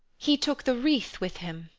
he took the wreath with him.